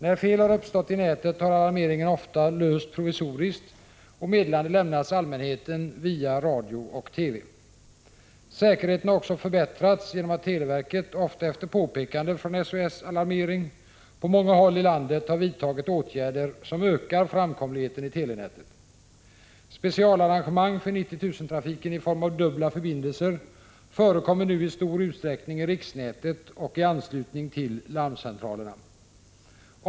När fel har uppstått i nätet har alarmeringen ofta lösts provisoriskt och meddelande lämnats allmänheten via radio och TV. Säkerheten har också förbättrats genom att televerket, ofta efter påpekanden från SOS Alarmering, på många håll i landet har vidtagit åtgärder som ökar framkomligheten i telenätet. Specialarrangemang för 90 000-trafiken i form av dubbla förbindelser förekommer nu i stor utsträckning i riksnätet och i anslutning till larmcentralerna.